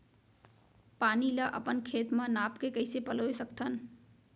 पानी ला अपन खेत म नाप के कइसे पलोय सकथन?